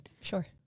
Sure